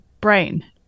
brain